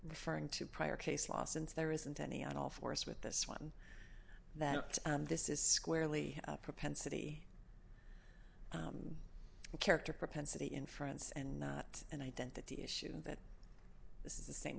referring to prior case law since there isn't any at all for us with this one that this is squarely a propensity character propensity in france and not an identity issue that this is the same